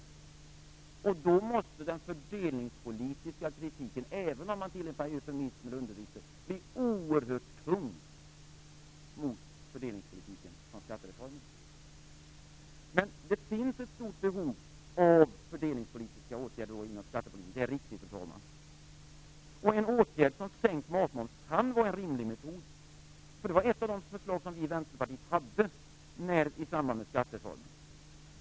Då måste kritiken, även om man tillämpar eufemismer och underdrifter, bli oerhört tung mot fördelningspolitiken i skattereformen. Det finns ett stort behov av fördelningspolitiska åtgärder inom skattepolitiken. Det är riktigt, fru talman. En åtgärd som sänkt matmoms kan vara en rimlig metod. Det var ett av de förslag som vi i Vänsterpartiet hade i samband med skattereformen.